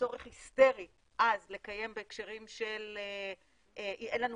צורך היסטרי אז לקיים בהקשרים של אין לנו